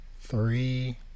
three